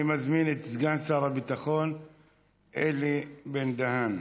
אני מזמין את סגן שר הביטחון אלי בן-דהן.